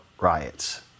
riots